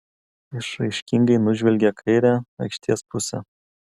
išraiškingai nužvelgė kairę aikštės pusę